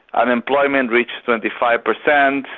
unemployment reached twenty five per cent,